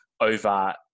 over